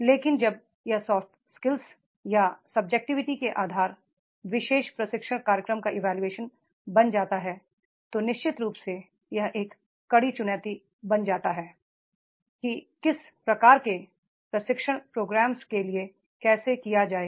लेकिन जब यह सॉफ्ट स्किल्स या सब्जेक्टिविटी के आधार विशेष प्रशिक्षण कार्यक्रम का इवैल्यूएशन बन जाता है तो निश्चित रूप से यह एक बड़ी चुनौती बन जाता है कि इस प्रकार के प्रशिक्षणप्रोग्राम्स के लिए कैसे जाया जाए